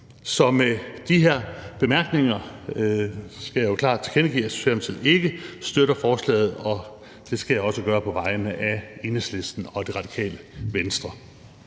Med de her bemærkninger skal jeg klart tilkendegive, at Socialdemokratiet ikke støtter forslaget, og det skal jeg også gøre på vegne af Enhedslisten og Radikale Venstre.